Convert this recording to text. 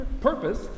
purpose